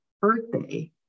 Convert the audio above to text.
birthday